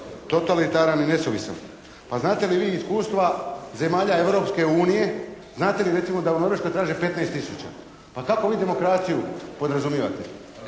totalitaran i nesuvisan. Pa znate li vi iz iskustva zemalja Europske unije, znate li recimo da u Norveškoj traže 15 tisuća? Pa kakvu vi demokraciju podrazumijevate?